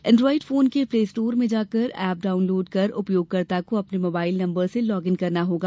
Android phone के Play Store में जाकर एप डाउनलोड कर उपयोगकर्ता को अपने मोबाईल नम्बर से लॉगिन करना होगा